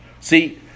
See